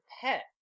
pet